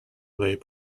leigh